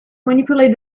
manipulate